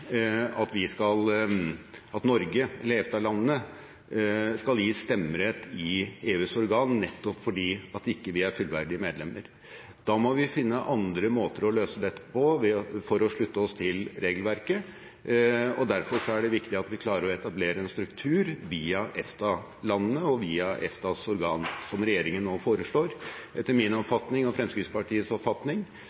eller EFTA-landene skal gis stemmerett i EUs organ, nettopp fordi vi ikke er fullverdige medlemmer. Da må vi finne andre måter å løse dette på for å slutte oss til regelverket, og derfor er det viktig at vi klarer å etablere en struktur via EFTA-landene og via EFTAs organ, som regjeringen nå foreslår. Etter min